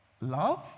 love